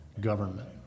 government